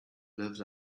lived